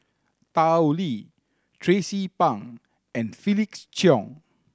Tao Li Tracie Pang and Felix Cheong